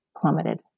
plummeted